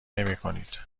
نمیکنید